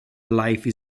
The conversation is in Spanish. life